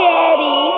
Daddy